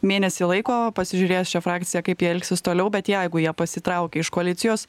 mėnesį laiko pasižiūrės šią frakciją kaip ji elgsis toliau bet jeigu jie pasitraukia iš koalicijos